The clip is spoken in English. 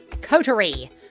Coterie